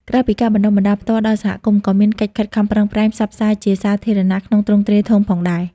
ក្រៅពីការបណ្ដុះបណ្ដាលផ្ទាល់ដល់សហគមន៍ ក៏មានកិច្ចខិតខំប្រឹងប្រែង ផ្សព្វផ្សាយជាសាធារណៈ ក្នុងទ្រង់ទ្រាយធំផងដែរ។